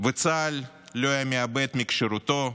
וצה"ל לא היה מאבד מכשירותו,